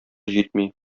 җитми